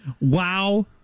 wow